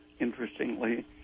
interestingly